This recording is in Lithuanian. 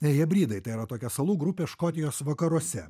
hebridai tai yra tokia salų grupė škotijos vakaruose